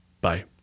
Bye